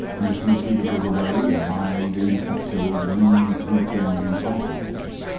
and a few cubicles away a mild, ineffectual, dreamy creature named ampleforth,